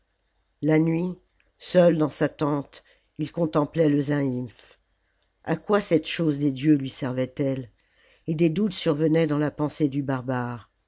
la nuit seul dans sa tente il contemplait le zaïmph a quoi cette chose des dieux lui servaitelle et des doutes survenaient dans la pensée du barbare